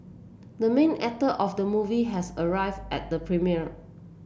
the main actor of the movie has arrived at the premiere